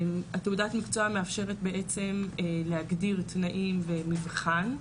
תעודת המקצוע מאפשרת בעצם להגדיר תנאים ומבחן,